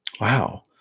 wow